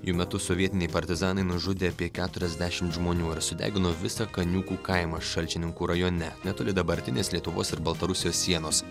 jų metu sovietiniai partizanai nužudė apie keturiasdešim žmonių ir sudegino visą kaniūkų kaimą šalčininkų rajone netoli dabartinės lietuvos ir baltarusijos sienos